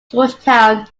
georgetown